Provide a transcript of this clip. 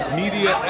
media